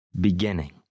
beginning